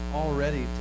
already